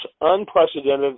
unprecedented